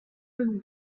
them